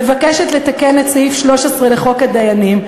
מבקשת לתקן את סעיף 13 לחוק הדיינים,